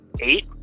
eight